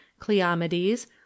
Cleomedes